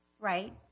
Right